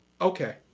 okay